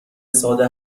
ساده